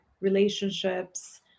relationships